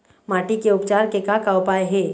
माटी के उपचार के का का उपाय हे?